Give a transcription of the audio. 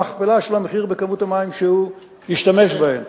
תלמדו מבילסקי, שאל שאלה, הוא קיבל תשובה.